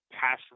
pass